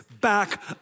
back